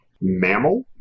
mammal